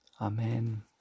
Amen